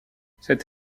cette